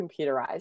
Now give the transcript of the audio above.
computerized